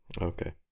Okay